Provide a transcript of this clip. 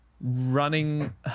running